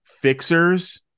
fixers